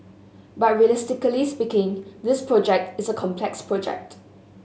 but realistically speaking this project is a complex project